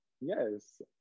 Yes